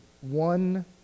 one